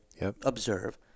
observe